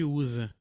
usa